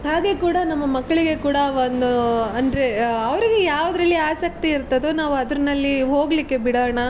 ಹಾಗೆ ಕೂಡ ನಮ್ಮ ಮಕ್ಕಳಿಗೆ ಕೂಡ ಒಂದು ಅಂದರೆ ಅವ್ರಿಗೂ ಯಾವುದ್ರಲ್ಲಿ ಆಸಕ್ತಿ ಇರ್ತದೋ ನಾವು ಅದ್ರಲ್ಲಿ ಹೋಗಲಿಕ್ಕೆ ಬಿಡೋಣ